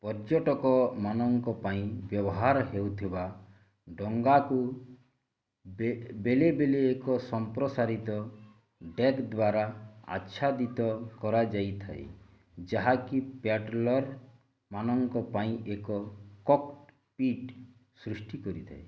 ପର୍ଯ୍ୟଟକମାନଙ୍କ ପାଇଁ ବ୍ୟବହାର ହେଉଥିବା ଡଙ୍ଗାକୁ ବେ ବେଳେବେଳେ ଏକ ସମ୍ପ୍ରସାରିତ ଡେକ୍ ଦ୍ୱାରା ଆଚ୍ଛାଦିତ କରାଯାଇଥାଏ ଯାହାକି ପ୍ୟାଡ଼ଲର୍ମାନଙ୍କ ପାଇଁ ଏକ କକ୍ପିଟ୍ ସୃଷ୍ଟି କରିଥାଏ